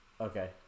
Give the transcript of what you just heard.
Okay